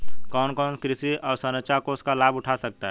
कौन कौन कृषि अवसरंचना कोष का लाभ उठा सकता है?